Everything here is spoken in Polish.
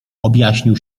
objaśnił